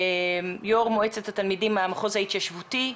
יו"ר מועצת התלמידים מהמחוז ההתיישבותי,